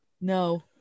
No